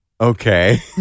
Okay